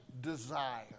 desire